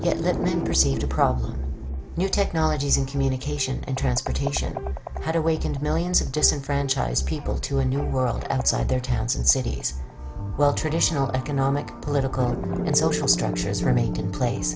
me perceive the problem new technologies in communication and transportation had awakened millions of disenfranchised people to a new world outside their towns and cities well traditional economic political and social structures remain in place